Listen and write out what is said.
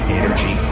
energy